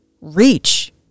reach